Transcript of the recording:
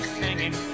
singing